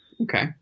Okay